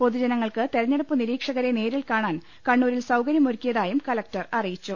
പൊതുജനങ്ങൾക്ക് തെരഞ്ഞെടുപ്പ് നിരീക്ഷകരെ നേരിൽ കാണാൻ കണ്ണൂരിൽ സൌക ര്യമൊരുക്കിയതായും കലക്ടർ അറിയിച്ചു